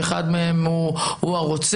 שאחד מהם הוא הרוצח,